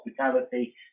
hospitality